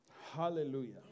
Hallelujah